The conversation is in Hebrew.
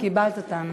את קיבלת אותם.